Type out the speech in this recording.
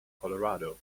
colorado